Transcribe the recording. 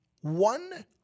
One